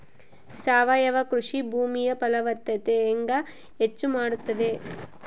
ಸಾವಯವ ಕೃಷಿ ಭೂಮಿಯ ಫಲವತ್ತತೆ ಹೆಂಗೆ ಹೆಚ್ಚು ಮಾಡುತ್ತದೆ?